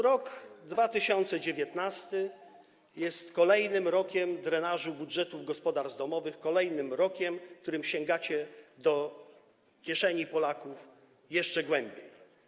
Rok 2019 jest kolejnym rokiem drenażu budżetów gospodarstw domowych, kolejnym rokiem, w którym sięgacie do kieszeni Polaków jeszcze głębiej.